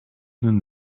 den